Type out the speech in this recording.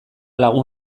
lagun